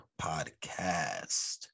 podcast